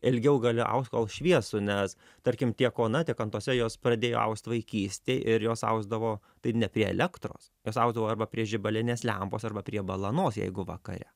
ilgiau gali aust kol šviesu nes tarkim tiek ona teik antosia jos pradėjo aust vaikystėj ir jos ausdavo tai ne prie elektros jos ausdavo arba prie žibalinės lempos arba prie balanos jeigu vakare